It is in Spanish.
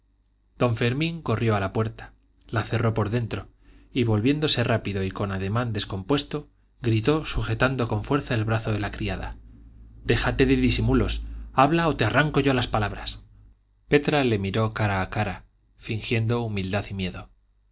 don fermín corrió a la puerta la cerró por dentro y volviéndose rápido y con ademán descompuesto gritó sujetando con fuerza el brazo de la criada déjate de disimulos habla o te arranco yo las palabras petra le miró cara a cara fingiendo humildad y miedo